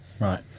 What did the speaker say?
Right